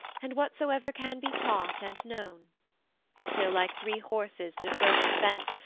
and whatsoever can be taught and known till like three horses that have broken fence,